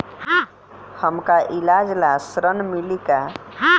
हमका ईलाज ला ऋण मिली का?